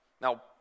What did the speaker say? now